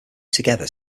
together